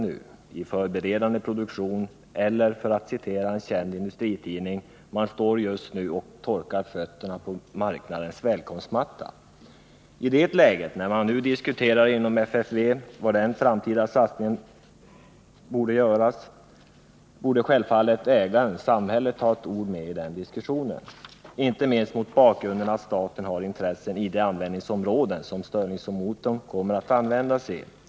Det är i förberedande produktion eller, för att citera en känd industritidning, ”man står just nu och torkar fötterna på marknadens välkomstmatta”. När man nu inom FFV bedömer var den framtida satsningen skall göras, borde självfallet ägaren, dvs. samhället, ha ett ord med i den diskussionen, inte minst mot bakgrund av att staten har intressen i de verksamheter där stirlingmotorn kan komma att användas.